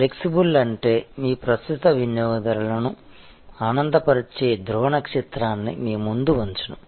flexible అంటే మీ ప్రస్తుత వినియోగదారులను ఆనందపరిచే ధ్రువ నక్షత్రాన్ని మీ ముందు ఉంచడం